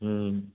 हम्म